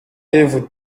devo